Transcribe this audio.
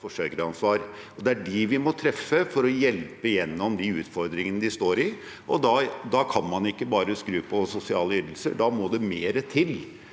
forsørgeransvar. Det er dem vi må treffe for å hjelpe dem gjennom de utfordringene de står i. Da kan man ikke bare skru på sosiale ytelser; da må det mer til.